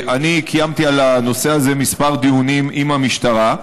אני קיימתי על הנושא הזה כמה דיונים עם המשטרה.